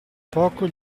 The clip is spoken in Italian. poco